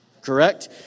correct